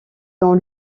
dans